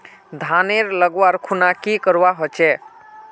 धानेर लगवार खुना की करवा होचे?